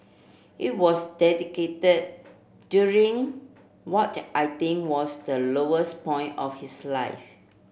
it was dedicated during what I think was the lowest point of his life